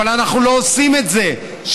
אבל אנחנו לא עושים את זה.